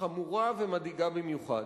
חמורה ומדאיגה במיוחד: